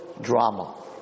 drama